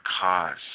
cause